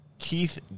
Keith